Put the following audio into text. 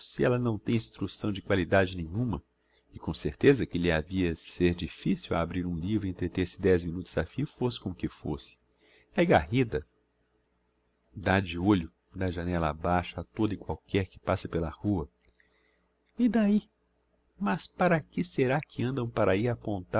se ella não tem instrucção de qualidade nenhuma e com certeza que lhe havia de ser difficil o abrir um livro e entreter se dez minutos a fio fosse com o que fosse é garrida dá de olho da janella abaixo a todo e qualquer que passa pela rua e d'ahi mas para que será que andam para ahi a